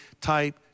type